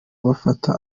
bafata